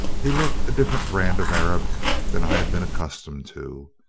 he looked a different brand of arab than i had been accustomed to.